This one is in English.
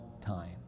time